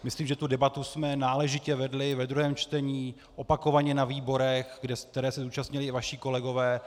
Myslím, že debatu jsme náležitě vedli ve druhém čtení, opakovaně na výborech, které se zúčastnili i vaši kolegové.